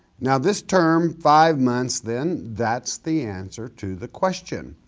now this term five months, then that's the answer to the question.